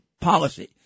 policy